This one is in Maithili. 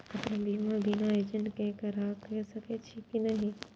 अपन बीमा बिना एजेंट के करार सकेछी कि नहिं?